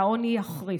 והעוני יחריף.